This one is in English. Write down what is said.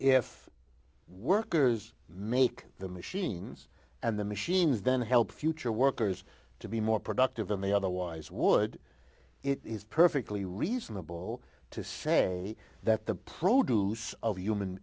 if workers make the machines and the machines then help future workers to be more productive than they otherwise would it is perfectly reasonable to say that the produce of human